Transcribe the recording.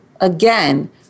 again